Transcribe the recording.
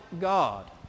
God